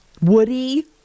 Woody